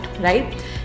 right